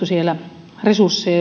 siellä resursseja